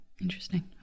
Interesting